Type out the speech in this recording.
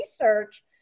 research